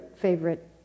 favorite